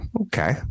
Okay